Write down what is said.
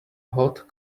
hot